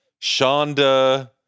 Shonda